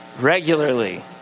regularly